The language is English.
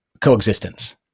coexistence